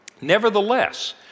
Nevertheless